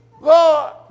Lord